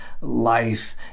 life